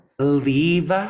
Leave